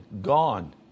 gone